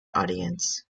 audience